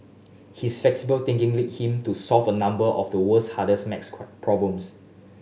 his flexible thinking lead him to solve a number of the world's hardest max problems